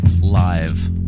Live